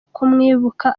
kumwibuka